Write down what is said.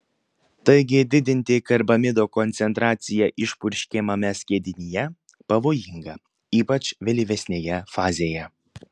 taigi didinti karbamido koncentraciją išpurškiamame skiedinyje pavojinga ypač vėlyvesnėje fazėje